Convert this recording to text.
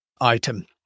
item